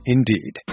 Indeed